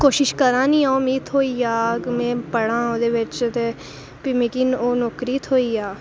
कोशिश करानी मिगी थ्होई जाह्ग पढ़ांऽ ओह्दे बिच ते भी मिगी ओह् नौकरी थ्होई जा